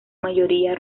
mayoría